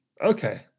okay